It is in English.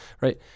right